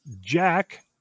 jack